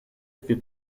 wir